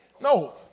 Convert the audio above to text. No